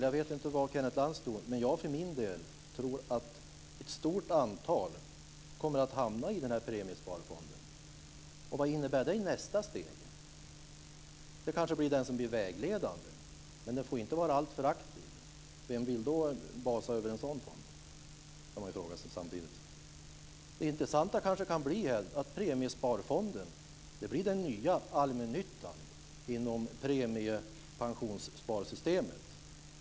Jag vet inte vad Kenneth Lantz tror, men jag tror att ett stort antal kommer att hamna i Premiesparfonden. Vad innebär det i nästa steg? Det kanske är den som blir vägledande. Men den får inte vara alltför aktiv - vem vill då basa över en sådan fond? Det intressanta kan vara att Premiesparfonden blir den nya allmännyttan inom premiepensionssparsystemet.